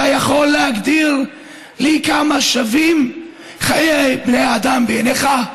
אתה יכול להגיד כמה שווים חיי בני אדם בעינך?